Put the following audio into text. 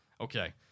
Okay